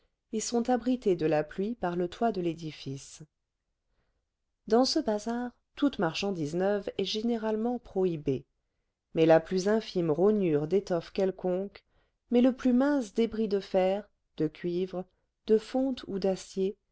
et sont abritées de la pluie par le toit de l'édifice dans ce bazar toute marchandise neuve est généralement prohibée mais la plus infime rognure d'étoffe quelconque mais le plus mince débris de fer de cuivre de fonte ou d'acier